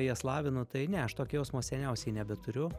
jas lavinu tai ne aš tokio jausmo seniausiai nebeturiu